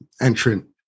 entrant